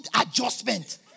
adjustment